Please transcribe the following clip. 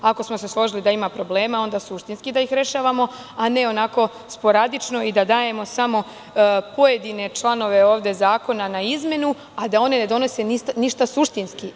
Ako smo se složili da ima problema, onda suštinski da ih rešavamo, a ne onako sporadično i da dajemo samo pojedine članove ovde zakona na izmenu, a da one ne donose ništa suštinski.